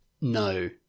no